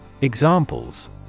Examples